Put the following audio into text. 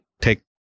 take